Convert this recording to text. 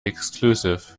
exclusive